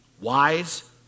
Wise